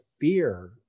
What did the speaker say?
fear